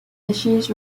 issues